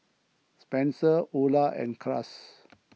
Spenser Ula and Cruz